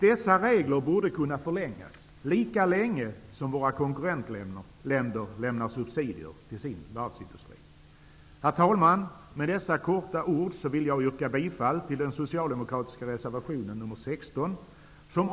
Dessa regler borde kunna förlängas lika länge som våra konkurrentländer lämnar subsidier till sin varvsindustri. Herr talman! Med dessa korta ord vill jag yrka bifall till den socialdemokratiska reservationen nr 16.